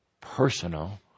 personal